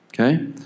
Okay